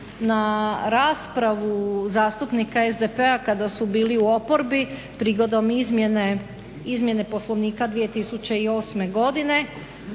na raspravu zastupnika SDP-a kada su bili u oporbi prigodom izmjene Poslovnika 2008.godine